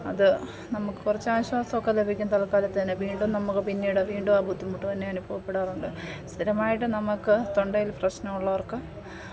അത് നമുക്ക് കുറച്ചാശ്വാസമൊക്കെ ലഭിക്കും തൽക്കാലത്തേക്ക് വീണ്ടും നമുക്ക് പിന്നീട് വീണ്ടും ആ ബുദ്ധിമുട്ട് തന്നെ അനുഭവപ്പെടാറുണ്ട് സ്ഥിരമായിട്ട് നമ്മൾക്ക് തൊണ്ടയിൽ പ്രശ്നമുള്ളവർക്ക്